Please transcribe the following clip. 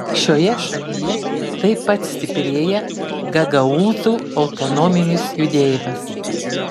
šioje šalyje taip pat stiprėja gagaūzų autonominis judėjimas